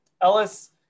Ellis